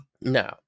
No